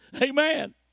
Amen